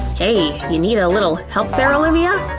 hey, you need a little help there, olivia?